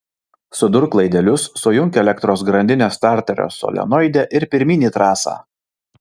sudurk laidelius sujunk elektros grandinę starterio solenoide ir pirmyn į trasą